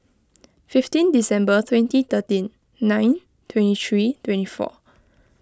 fifteen December twenty thirteen nine twenty three twenty four